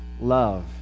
love